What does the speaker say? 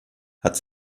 hat